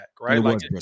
right